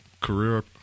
career